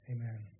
Amen